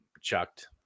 chucked